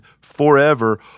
forever